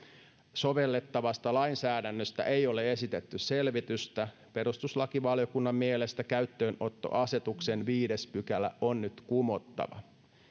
sovellettavasta lainsäädännöstä ole esitetty selvitystä perustuslakivaliokunnan mielestä käyttöönottoasetuksen viides pykälä on nyt kumottava